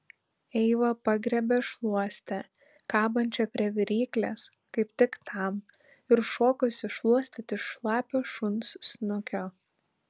eiva pagriebė šluostę kabančią prie viryklės kaip tik tam ir šokosi šluostyti šlapio šuns snukio